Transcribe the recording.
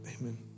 amen